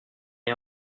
est